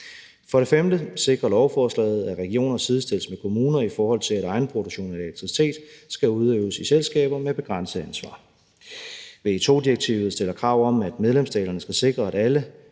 For det femte sikrer lovforslaget, at regioner sidestilles med kommuner, i forhold til at egenproduktion af elektricitet skal udøves i selskaber med begrænset ansvar. VE2-direktivet stiller krav om, at medlemsstaterne skal sikre alle